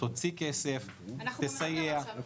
תוציא כסף, תסייע --- אנחנו במשבר עכשיו.